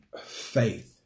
Faith